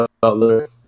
Butler